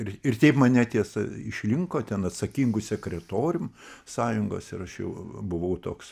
ir ir taip mane tiesa išrinko ten atsakingu sekretorium sąjungos ir aš jau buvau toks